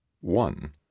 One